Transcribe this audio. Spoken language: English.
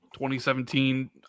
2017